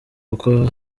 kuko